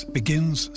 begins